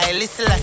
listen